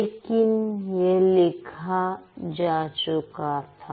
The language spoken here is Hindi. लेकिन यह लिखा जा चुका था